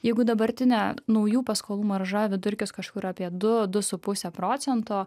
jeigu dabartinę naujų paskolų maržą vidurkis kažkur apie du du su puse procento